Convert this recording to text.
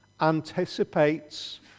anticipates